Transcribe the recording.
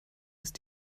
ist